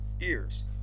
Ears